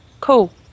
Cool